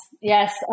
yes